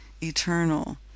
eternal